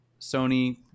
Sony